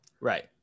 Right